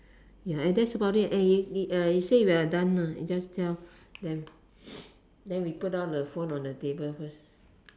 ya and that's about it and you you say we are done lah you just tell them then we put down the phone on the table first